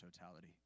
totality